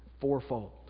fourfold